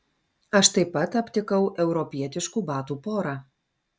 aš taip pat aptikau europietiškų batų porą